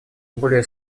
более